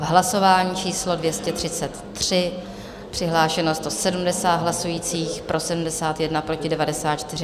Hlasování číslo 233, přihlášeno 170 hlasujících, pro 71, proti 94.